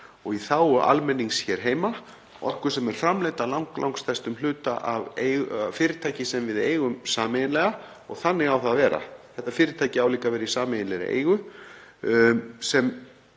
og í þágu almennings hér heima, orku sem er framleidd að langstærstum hluta af fyrirtæki sem við eigum sameiginlega og þannig á það að vera, þetta fyrirtæki á líka að vera í sameiginlegri eigu sem